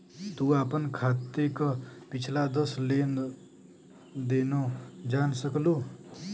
तू आपन खाते क पिछला दस लेन देनो जान सकलू